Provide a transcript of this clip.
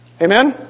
Amen